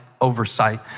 oversight